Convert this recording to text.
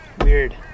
weird